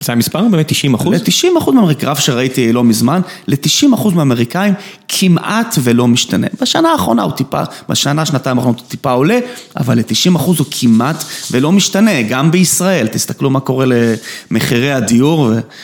זה המספר הוא באמת 90 אחוז? ל-90 אחוז מאמריקאים, גרף שראיתי לא מזמן, ל-90 אחוז מאמריקאים, כמעט ולא משתנה. בשנה האחרונה הוא טיפה, בשנה-שנתיים האחרונות הוא טיפה עולה, אבל ל-90 אחוז הוא כמעט ולא משתנה, גם בישראל. תסתכלו מה קורה למחירי הדיור.